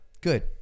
Good